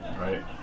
right